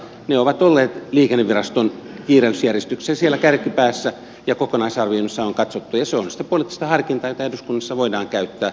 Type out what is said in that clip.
ne ovat olleet siellä liikenneviraston kiireellisyysjärjestyksen kärkipäässä ja kokonaisarvioinnissa ne on katsottu ja se on sitä poliittista harkintaa jota eduskunnassa voidaan käyttää